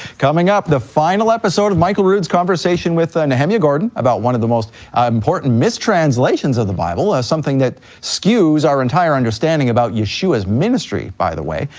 coming up, the final episode of michael rood's conversation with ah and nehemia yeah gordon about one of the most important mistranslations of the bible, something that skews our entire understanding about yeshua's ministry, by the way,